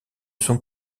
sont